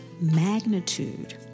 magnitude